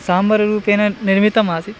साम्भाररूपेण निर्मितम् आसीत्